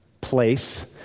place